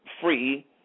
free